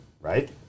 right